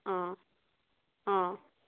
অঁ অঁ